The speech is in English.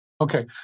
Okay